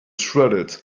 shredded